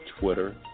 Twitter